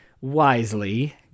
wisely